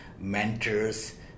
mentors